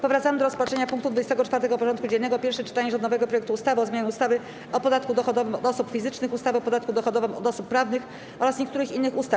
Powracamy do rozpatrzenia punktu 24. porządku dziennego: Pierwsze czytanie rządowego projektu ustawy o zmianie ustawy o podatku dochodowym od osób fizycznych, ustawy o podatku dochodowym od osób prawnych oraz niektórych innych ustaw.